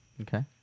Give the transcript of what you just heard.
Okay